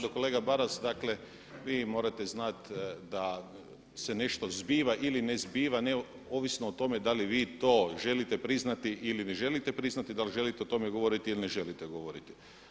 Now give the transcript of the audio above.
Gospodine Maras dakle vi morate znat da se nešto zbiva ili ne zbiva ovisno o tome da li vi to želite priznati ili ne želite priznati, da li želite o tome govoriti ili ne želite govoriti.